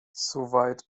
soweit